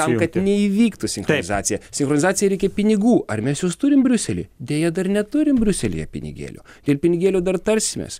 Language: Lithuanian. tam kad neįvyktų sinchronizacija sinchronizacijai reikia pinigų ar mes juos turim briusely deja dar neturim briuselyje pinigėlių dėl pinigėlių dar tarsimės